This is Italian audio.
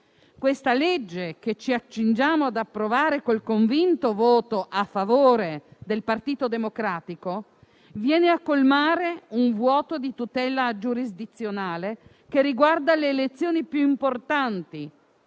La legge che ci accingiamo ad approvare, con il convinto voto a favore del Partito Democratico, viene a colmare un vuoto di tutela giurisdizionale che riguarda le elezioni più importanti,